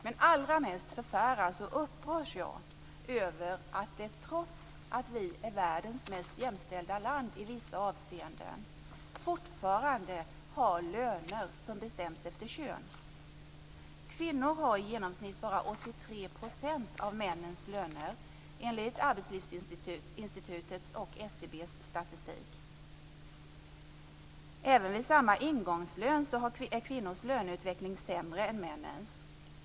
Men allra mest förfäras jag och upprörs över att vi, trots att vi är världens mest jämställda land i vissa avseenden, fortfarande har löner som bestäms efter kön. Kvinnor har i genomsnitt bara 83 % av männens löner, enligt Arbetslivsinstitutets och SCB:s årliga statistik. Även vid samma ingångslön är kvinnors löneutveckling i genomsnitt sämre än männens.